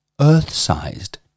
Earth-sized